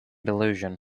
delusion